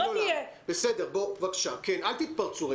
אל תתפרצו.